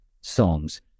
songs